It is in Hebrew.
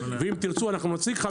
ואם תרצו אנחנו נציג אותם,